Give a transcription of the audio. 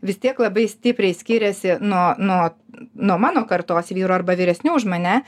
vis tiek labai stipriai skiriasi nuo nuo mano kartos vyrų arba vyresnių už mane